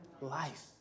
life